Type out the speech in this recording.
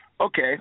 Okay